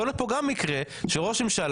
יכול להיות פה גם מקרה שראש הממשלה,